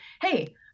hey